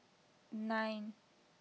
nine